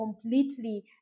completely